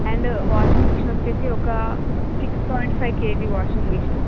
and washing machine వచ్చేసి ఒక six point five KG washing machine